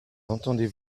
entendez